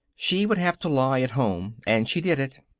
she would have to lie at home and she did it.